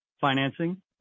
financing